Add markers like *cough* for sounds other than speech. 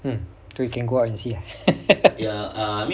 mm we can go up and see ah *laughs*